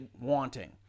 wanting